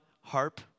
harp